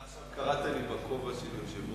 אתה עכשיו קראת לי בכובע של יושב-ראש?